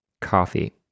coffee